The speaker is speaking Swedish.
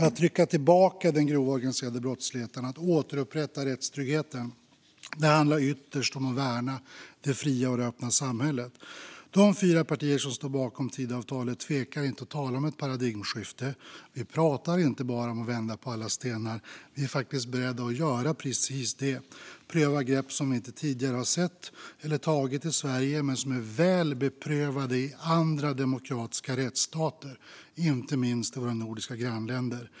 Att trycka tillbaka den grova organiserade brottsligheten och återupprätta rättstryggheten handlar ytterst om att värna det fria och öppna samhället. De fyra partier som står bakom Tidöavtalet tvekar inte att tala om ett paradigmskifte. Vi pratar inte bara om att vända på alla stenar; vi är faktiskt beredda att göra precis det - pröva grepp som vi inte tidigare har sett eller tagit i Sverige men som är väl beprövade i andra demokratiska rättsstater, inte minst i våra nordiska grannländer.